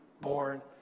born